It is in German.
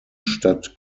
stadt